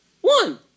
One